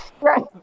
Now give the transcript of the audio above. right